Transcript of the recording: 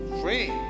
free